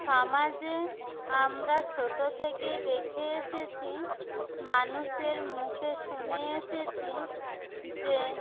সমাজে আমরা ছোট থেকেই দেখে এসেছি মানুষের মুখে শুনে এসেছি যে